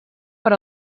per